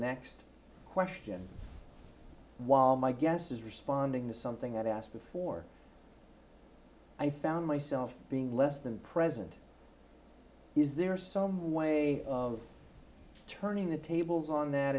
next question while my guess is responding to something that i asked before i found myself being less than present is there some way turning the tables on that